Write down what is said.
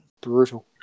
Brutal